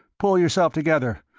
pull yourself together.